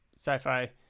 sci-fi